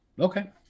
Okay